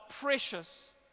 precious